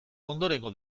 ondorengo